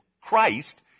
Christ